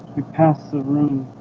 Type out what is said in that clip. we pass the room